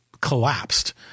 collapsed